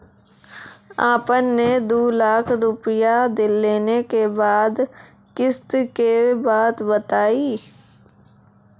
आपन ने दू लाख रुपिया लेने के बाद किस्त के बात बतायी?